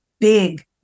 big